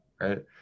right